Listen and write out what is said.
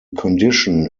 condition